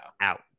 out